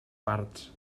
parts